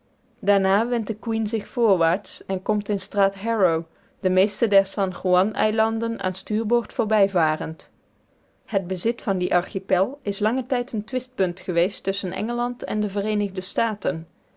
daarna wendt the queen zich voorwaarts en komt in straat haro de meeste der san juan eilanden aan stuurboord voorbijvarend het bezit van dien archipel is langen tijd een twistpunt geweest tusschen engeland en de vereenigde staten